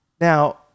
Now